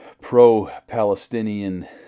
pro-Palestinian